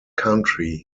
country